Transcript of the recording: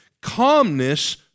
Calmness